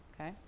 okay